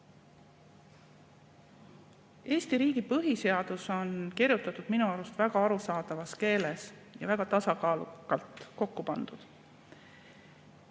Eesti riigi põhiseadus kirjutatud väga arusaadavas keeles ja on väga tasakaalukalt kokku pandud.